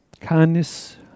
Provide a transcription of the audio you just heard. kindness